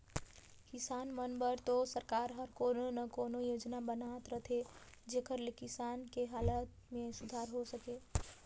किसान मन बर तो सरकार हर कोनो न कोनो योजना बनात रहथे जेखर ले किसान के हालत में सुधार हो सके